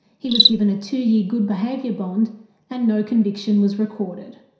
he was given a two-year good behaviour bond and no conviction was recorded.